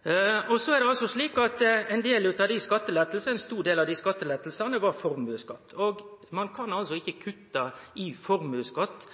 Så er det slik at ein stor del av dei skattelettane er formuesskatt, og ein kan altså ikkje kutte i formuesskatt